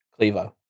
Clevo